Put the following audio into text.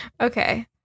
Okay